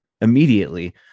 Immediately